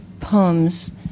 poems